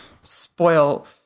spoil